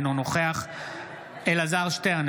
אינו נוכח אלעזר שטרן,